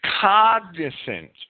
cognizant